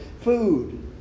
food